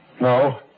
No